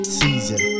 season